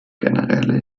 generäle